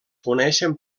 coneixen